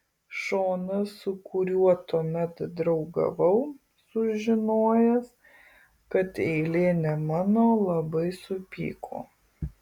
šonas su kuriuo tuomet draugavau sužinojęs kad eilė ne mano labai supyko